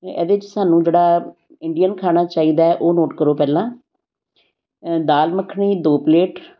ਇਹਦੇ 'ਚ ਸਾਨੂੰ ਜਿਹੜਾ ਇੰਡੀਅਨ ਖਾਣਾ ਚਾਹੀਦਾ ਉਹ ਨੋਟ ਕਰੋ ਪਹਿਲਾਂ ਦਾਲ ਮੱਖਣੀ ਦੋ ਪਲੇਟ